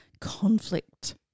Conflict